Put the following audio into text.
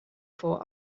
for